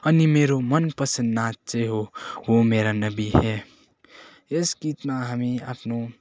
अनि मेरो मनपसन्द नाद चाहिँ हो वो मेरा नबी हे यस गीतमा हामी आफ्नो